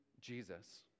Jesus